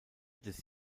des